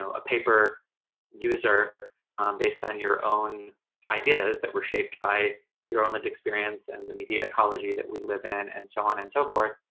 a paper user based on your own ideas that were shaped by your own lived experience and the media ecology that we live in and so on and so forth,